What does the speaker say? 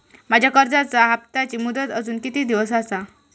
माझ्या कर्जाचा हप्ताची मुदत अजून किती दिवस असा?